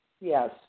Yes